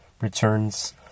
returns